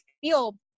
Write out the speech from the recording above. feel